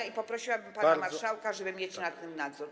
I poprosiłabym pana marszałka, żeby mieć nad tym nadzór.